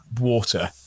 water